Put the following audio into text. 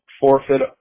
forfeit